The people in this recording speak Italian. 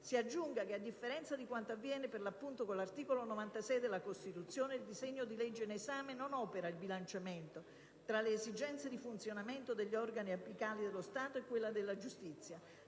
Si aggiunga che, a differenza di quanto avviene per l'appunto con l'articolo 96 della Costituzione, il disegno di legge in esame non opera il bilanciamento tra le esigenze di funzionamento degli organi apicali dello Stato e quelle della giustizia,